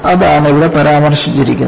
അതാണ് ഇവിടെ പരാമർശിച്ചിരിക്കുന്നത്